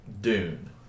Dune